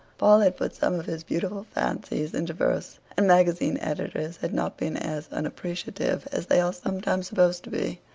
paul had put some of his beautiful fancies into verse, and magazine editors had not been as unappreciative as they are sometimes supposed to be.